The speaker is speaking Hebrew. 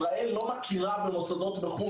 ישראל לא מכירה במוסדות בחו"ל,